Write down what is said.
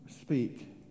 speak